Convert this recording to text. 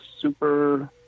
super